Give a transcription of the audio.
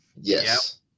Yes